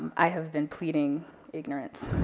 i have been pleading ignorance,